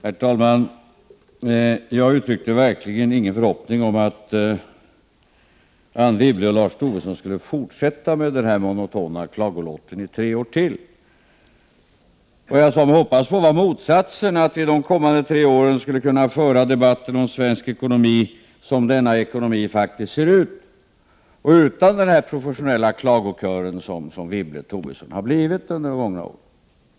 Herr talman! Jag uttryckte verkligen ingen förhoppning om att Anne Wibble och Lars Tobisson skulle fortsätta med den monotona klagolåten i tre år till. Vad jag hoppades på var motsatsen, att vi under de kommande tre åren skulle kunna föra en debatt om svensk ekonomi som denna ekonomi faktiskt ser ut och utan den professionella klagokör som Wibble-Tobisson har blivit under gångna år.